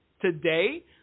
today